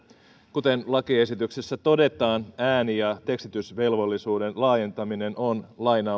kuten lakiesityksessä todetaan ääni ja tekstitysvelvollisuuden laajentaminen on